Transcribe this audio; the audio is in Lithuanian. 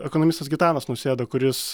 ekonomistas gitanas nausėda kuris